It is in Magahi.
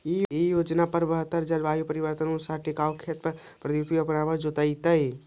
इ योजना के तहत जलवायु परिवर्तन के अनुसार टिकाऊ खेत के पद्धति अपनावल जैतई